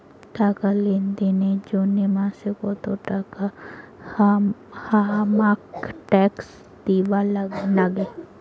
টাকা লেনদেন এর জইন্যে মাসে কত টাকা হামাক ট্যাক্স দিবার নাগে?